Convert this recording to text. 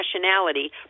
nationality